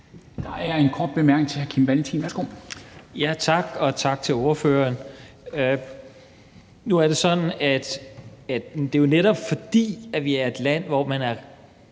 Der er en kort bemærkning til hr. Kim Valentin. Værsgo. Kl. 18:57 Kim Valentin (V): Tak, og tak til ordføreren. Nu er det sådan, at det jo netop er, fordi vi er et land, hvor man